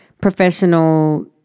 professional